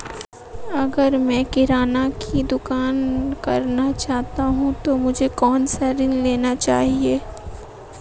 अगर मैं किराना की दुकान करना चाहता हूं तो मुझे कौनसा ऋण लेना चाहिए?